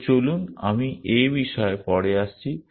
তো চলুন আমি এ বিষয়ে পরে আসছি